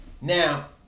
Now